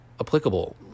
applicable